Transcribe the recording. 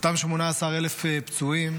אותם 18,000 פצועים,